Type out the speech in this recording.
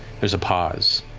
there's a pause,